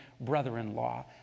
brother-in-law